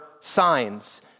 Signs